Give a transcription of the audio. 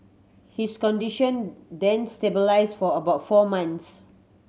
his condition then stabilised for about four months